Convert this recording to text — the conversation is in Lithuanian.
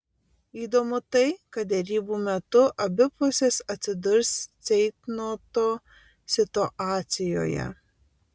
įdomu tai kad derybų metu abi pusės atsidurs ceitnoto situacijoje